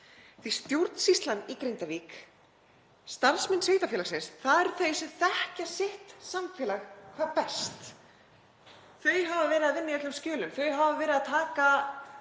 því stjórnsýslan í Grindavík, starfsfólk sveitarfélagsins eru þau sem þekkja sitt samfélag hvað best, þau hafa verið að vinna í öllum skjölum, þau hafa verið að takast